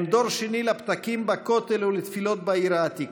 הם דור שני לפתקים בכותל ולתפילות בעיר העתיקה,